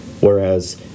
whereas